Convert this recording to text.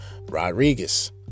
Rodriguez